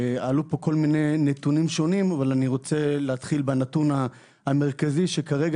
עלו פה כל מיני נתונים שונים אבל אני רוצה להתחיל בנתון המרכזי שכרגע